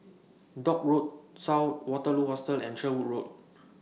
Dock Road South Waterloo Hostel and Sherwood Road